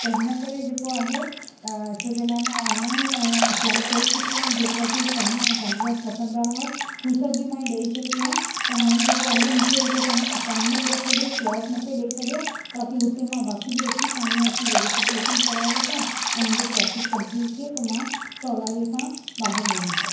त हिन करे जेको आहे छोजे लाइ मां ऑनलाइन अप्लाए करे चुकी आहियां जेतिरा बि पना ऐं काग़ज़ात खपंदा हुआ उहे सभ बि मां ॾई चुकी आहियां त हाणे जेको आहे मूंखे रुगो तव्हां अपॉइंटमेंट ॾई छॾियो स्लॉट मूंखे ॾई छॾियो ताकी मां हुते बाक़ी बि अची साम्हूं अची वेरीफिकेशन कराए वठां ऐं मुंहिंजो प्रोसेस कंप्लीट थिए त मां सहुलाईअ सां ॿाहिरि वञी सघां